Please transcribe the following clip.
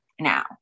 now